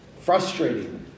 Frustrating